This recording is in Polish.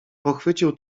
pochwycił